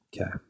okay